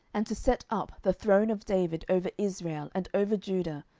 and to set up the throne of david over israel and over judah,